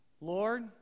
Lord